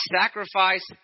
sacrifice